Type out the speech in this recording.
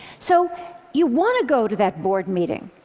so you want to go to that board meeting,